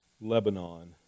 Lebanon